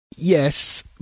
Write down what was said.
Yes